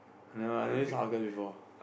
I never I never use Argus before